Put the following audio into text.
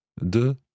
de